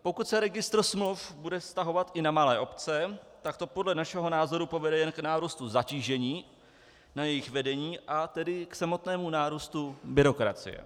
Pokud se registr smluv bude vztahovat i na malé obce, tak to podle našeho názoru povede jen k nárůstu zatížení jejich vedení, a tedy i k samotnému nárůstu byrokracie.